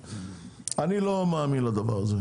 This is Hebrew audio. אני לא מאמין לדבר הזה,